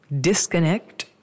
disconnect